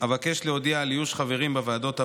אבקש להודיע על איוש חברים בוועדות האלו: